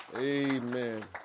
Amen